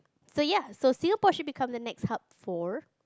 so ya so Singapore should become the next hub for